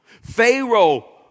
Pharaoh